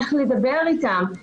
איך לדבר איתם,